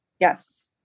Yes